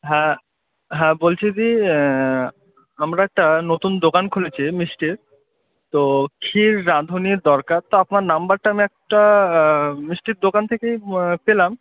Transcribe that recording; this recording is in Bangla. হ্যাঁ হ্যাঁ বলছি দি আমরা একটা নতুন দোকান খুলেছি মিষ্টির তো ক্ষীর রাঁধুনির দরকার তো আপনার নাম্বারটা আমি একটা মিষ্টির দোকান থেকেই পেলাম